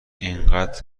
اینقد